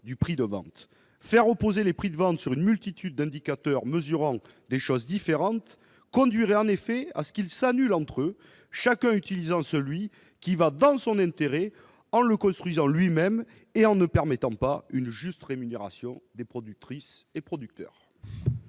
si l'on fait reposer les prix de vente sur une multitude d'indicateurs mesurant des choses différentes, ceux-ci finiraient par s'annuler entre eux, chacun utilisant celui qui va dans son intérêt ou le construisant lui-même. Cela ne permettrait pas une juste rémunération des productrices et producteurs.